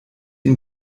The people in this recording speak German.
ihn